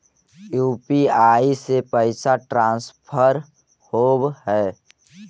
UPI से पैसा transfer होवहै?